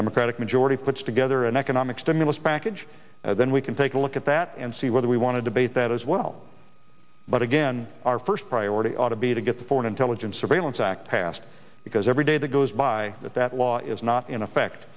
democratic majority puts together an economic stimulus package then we can take a look at that and see whether we want to debate that as well but again our first priority ought to be to get the foreign intelligence surveillance act passed because every day that goes by that that law is not in effect